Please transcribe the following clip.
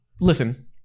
Listen